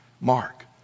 Mark